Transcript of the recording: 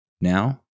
now